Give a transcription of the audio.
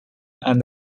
and